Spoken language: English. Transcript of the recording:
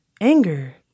anger